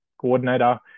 coordinator